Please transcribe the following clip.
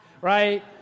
right